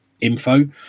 info